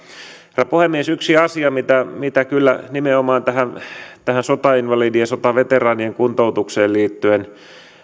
herra puhemies yksi asia mitä mitä kyllä nimenomaan tähän tähän sotainvalidien sotaveteraanien kuntoutukseen liittyen